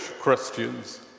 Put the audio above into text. Christians